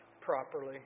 properly